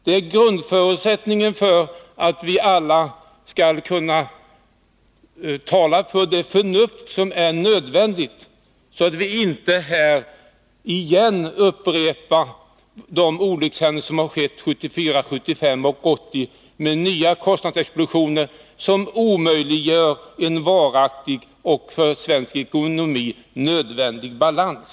Det är grundförutsättningen för att vi alla skall kunna tala för det förnuft som är nödvändigt, så att inte de olyckshändelser upprepas som inträffade 1974, 1975 och 1980 med nya kostnadsexplosioner, som omöjliggör en varaktig och för svensk ekonomi nödvändig balans.